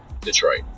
Detroit